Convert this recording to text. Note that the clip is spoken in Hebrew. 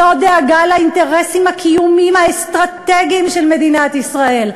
זו דאגה לאינטרסים הקיומיים האסטרטגיים של מדינת ישראל.